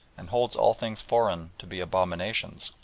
and holds all things foreign to be abominations,